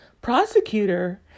prosecutor